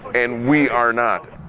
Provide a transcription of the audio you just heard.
and we are not.